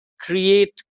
create